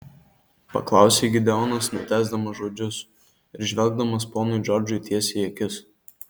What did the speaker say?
paklausė gideonas nutęsdamas žodžius ir žvelgdamas ponui džordžui tiesiai į akis